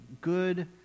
good